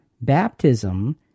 baptism